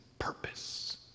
purpose